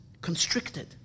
constricted